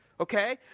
Okay